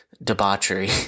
Debauchery